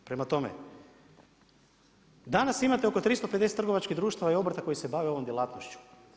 Prema tome, danas imate oko 350 trgovačkih društava i obrta koji se bave ovom djelatnošću.